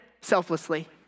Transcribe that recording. selflessly